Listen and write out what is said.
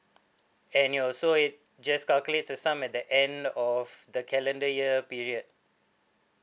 annual so it just calculates a sum at the end of the calendar year period